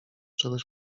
czegoś